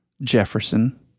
Jefferson